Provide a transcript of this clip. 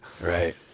Right